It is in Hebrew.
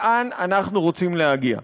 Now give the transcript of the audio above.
לאן אנחנו רוצים להגיע.